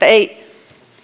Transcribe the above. ei